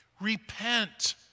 Repent